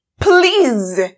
Please